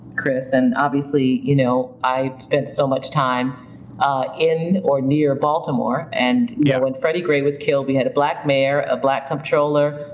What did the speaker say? chris. and obviously, you know i've spent so much time in or near baltimore. and yeah when freddie gray was killed, we had a black mayor, a black comptroller,